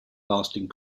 lasting